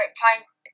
clients